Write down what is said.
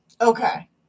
Okay